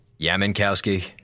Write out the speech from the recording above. Yaminkowski